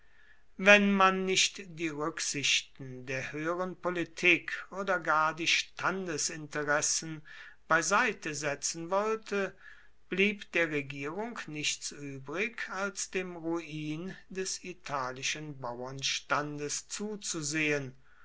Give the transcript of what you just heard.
wenn man nicht die rücksichten der höheren politik oder gar die standesinteressen beiseite setzen wollte blieb der regierung nichts übrig als dem ruin des italischen bauernstandes zuzusehen